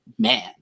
Man